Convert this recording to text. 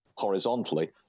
horizontally